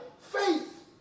faith